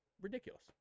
ridiculous